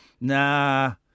nah